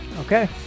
okay